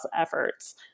efforts